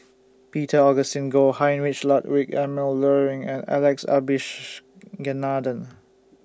Peter Augustine Goh Heinrich Ludwig Emil Luering and Alex Abisheganaden